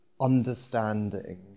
understanding